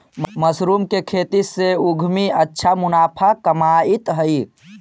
mushroom के खेती से उद्यमी अच्छा मुनाफा कमाइत हइ